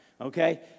okay